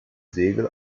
segel